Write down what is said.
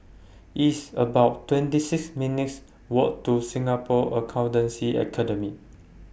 It's about twenty six minutes' Walk to Singapore Accountancy Academy